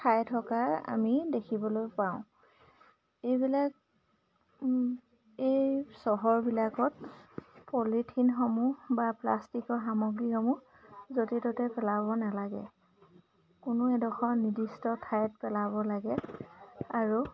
খাই থকা আমি দেখিবলৈ পাওঁ এইবিলাক এই চহৰবিলাকত পলিথিনসমূহ বা প্লাষ্টিকৰ সামগ্ৰীসমূহ য'তে ত'তে পেলাব নালাগে কোনো এডোখৰ নিৰ্দিষ্ট ঠাইত পেলাব লাগে আৰু